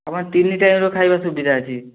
ଆପଣ ତିନି ଟାଇମ୍ର ଖାଇବା ସୁବିଧା ଅଛି